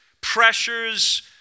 pressures